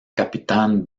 capitán